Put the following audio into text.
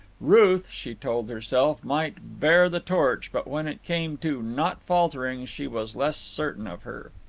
ruth, she told herself, might bear the torch, but when it came to not faltering she was less certain of her.